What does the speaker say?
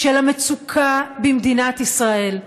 של המצוקה במדינת ישראל,